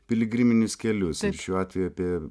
piligriminius kelius šiuo atveju apie